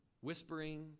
whispering